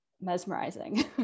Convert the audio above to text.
mesmerizing